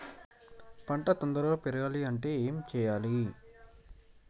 పంట తొందరగా పెరగాలంటే ఏమి వాడాలి?